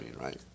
right